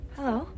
Hello